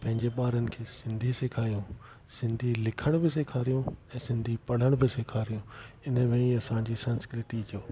पंहिंजे ॿारनि खे सिंधी सेखारूं सिंधी लिखण बि सेखारूं ऐं सिंधी पढ़ण बि सेखारूं हिन में ई असांजी संस्कृति जो